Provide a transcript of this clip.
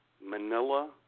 Manila